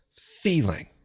feeling